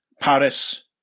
Paris